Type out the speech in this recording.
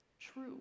true